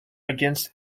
against